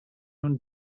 own